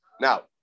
Now